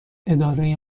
اداره